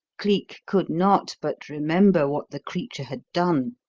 cleek could not but remember what the creature had done,